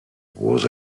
was